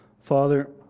Father